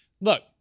Look